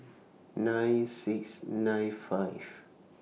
nine six nine five